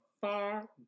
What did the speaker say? far